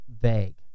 vague